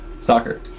Soccer